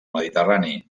mediterrani